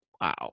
Wow